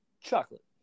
chocolate